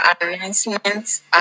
announcements